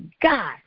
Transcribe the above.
God